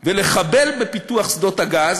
ולחבל בפיתוח שדות הגז